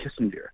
Kissinger